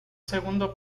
segundo